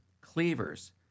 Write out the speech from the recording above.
cleavers